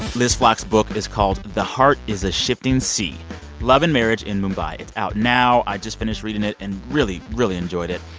liz flock's book is called the heart is a shifting sea love and marriage in mumbai. it's out now. i just finished reading it and really, really enjoyed it.